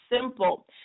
simple